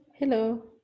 Hello